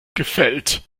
gefällt